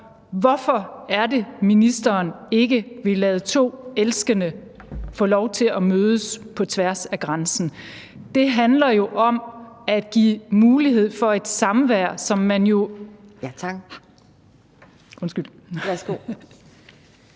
Hvorfor vil ministeren ikke lade to elskende få lov til at mødes på tværs af grænsen? Det handler jo om at give mulighed for et samvær. Kl. 17:49 Anden næstformand